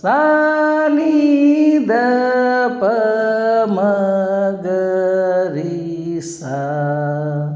ಸಾ ನೀ ದ ಪ ಮ ಗ ರೀ ಸಾ